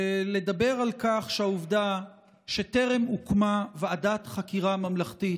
ולדבר על כך שהעובדה שטרם הוקמה ועדת חקירה ממלכתית